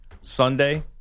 Sunday